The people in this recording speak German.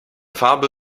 farbe